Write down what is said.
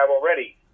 already